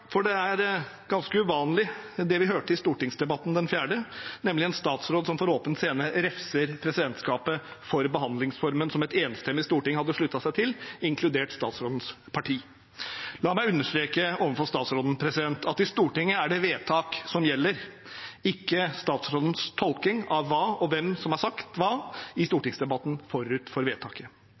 for det er ganske uvanlig, det vi hørte i stortingsdebatten 4. desember, nemlig en statsråd som for åpen scene refset presidentskapet for behandlingsformen som et enstemmig storting hadde sluttet seg til, inkludert statsrådens parti. La meg understreke overfor statsråden at i Stortinget er det vedtak som gjelder, ikke statsrådens tolkning av hva og hvem som har sagt hva i stortingsdebatten forut for vedtaket.